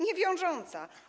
Niewiążąca.